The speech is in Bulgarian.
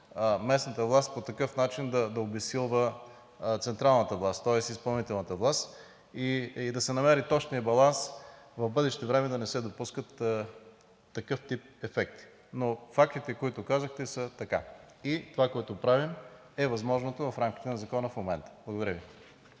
местната власт по такъв начин да обезсилва централната власт, тоест изпълнителната власт, и да се намери точният баланс в бъдеще време да не се допускат такъв тип ефекти. Но фактите, които казах, са така и това, което правим, е възможното в рамките на закона в момента. Благодаря Ви.